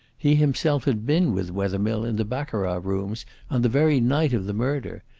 he himself had been with wethermill in the baccarat-rooms on the very night of the murder.